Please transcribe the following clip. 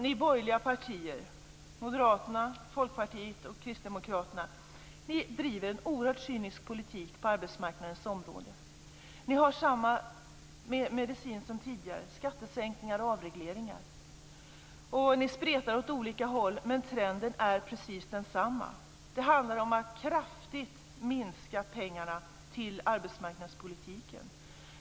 Ni borgerliga partier, Moderaterna, Folkpartiet och Kristdemokraterna, driver en oerhört cynisk politik på arbetsmarknadens område. Ni har samma medicin som tidigare, dvs. skattesänkningar och avregleringar. Ni spretar åt olika håll, men trenden är precis densamma. Det handlar om att kraftigt minska pengarna till arbetsmarknadspolitiken.